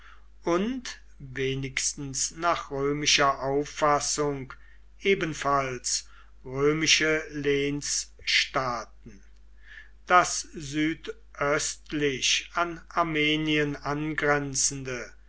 und wenigstens nach römischer auffassung ebenfalls römische lehnsstaaten das südöstlich an armenien angrenzende